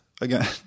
again